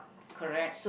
correct